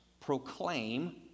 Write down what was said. proclaim